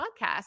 podcast